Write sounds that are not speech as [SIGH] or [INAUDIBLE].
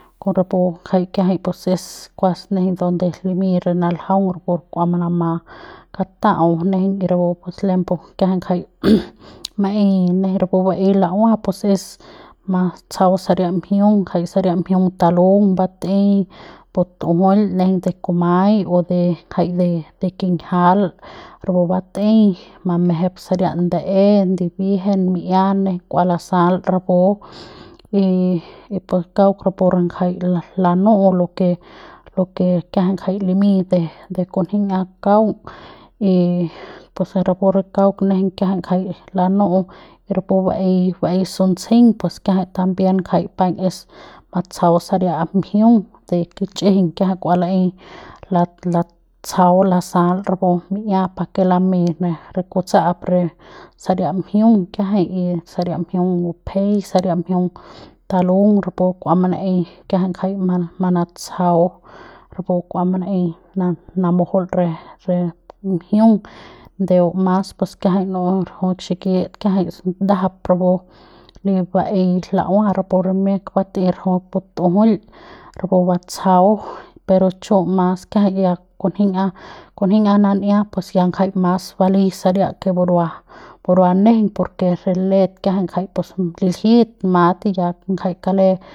Kon rapu ngjai kiajai pues es kuas nejeiñ donde limiñ re naljaung kupu pu kua manama kata'aun y nejeiñ rapu lembu kiajai ngjai [NOISE] maeiñ nejeiñ rapu baei la'ua pus es matsjau saria mjiung ngjai saria mjiung talung batei butjuil ne nejeiñ de kumai o de ngjai de kinjial rapu batei mamejep saria ndae ndibiejen mi'ia nejeiñ kua lasal rapu y pu kauk pur ngjai lanu'u lo ke lo ke kiajai ngjai limiñ de de kunji'ia kaung y pus rapu rapu re kauk nejeiñ kiajai ngjai lanu'u y rapu baei baei suntsjeiñ pus kiajai también ngjai paiñ es matsjau saria mjiung de kichjiñ kiajai kua laei la la latsjau lasal rapu mi'ia pa ke lamei ne kutsa'ap re saria mjiung kiajai y saria mjiung ngupjei saria mjiung talung rapu kua manaei kiajai ngjai ma manatsjau rapu kua manaei na namujuil re re mjiung ndeu mas pus kiajai nunu rajuik xikit kiajai ndajap rapu baei la'ua rapu re miak batei batujuil rapu batsjau pero chu mas kiajai ya kunji'ia kunji'ia nan'ia pus ya ngjai mas balei saria ke burua burua nejeiñ por ke re let kiajai ngjai pus liljit mat ya ngjai kale.